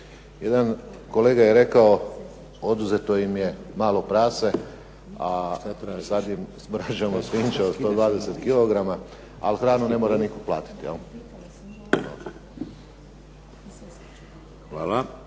Jedan kolega je rekao oduzeto im je malo prase, a sad im smažemo svinjče od 120 kilograma, ali hranu nitko ne mora platiti. Jel?